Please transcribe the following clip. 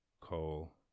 coal